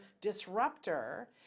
disruptor